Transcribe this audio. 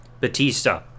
batista